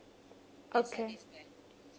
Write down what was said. okay